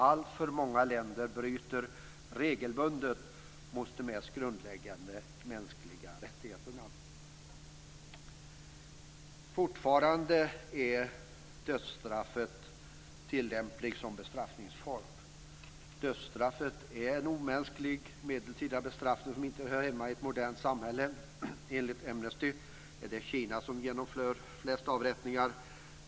Alltför många länder bryter regelbundet mot de mest grundläggande mänskliga rättigheterna. Fortfarande är dödsstraffet tillämpligt som bestraffningsform. Dödsstraffet är en omänsklig medeltida bestraffning som inte hör hemma i ett modernt samhälle. Enligt Amnesty är det Kina som genomför flest avrättningar.